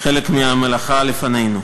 חלק מהמלאכה לפנינו.